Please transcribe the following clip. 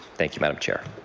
thank you, madam chair.